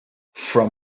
from